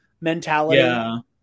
mentality